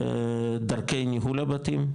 דרכי ניהול הבתים,